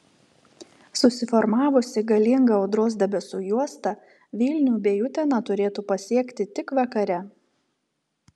susiformavusi galinga audros debesų juosta vilnių bei uteną turėtų pasiekti tik vakare